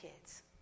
kids